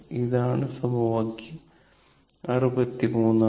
ഇത് സമവാക്യം 63 ആണ്